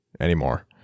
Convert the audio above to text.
anymore